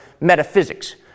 metaphysics